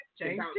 change